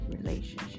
relationship